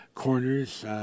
corners